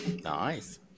Nice